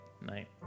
night